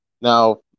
Now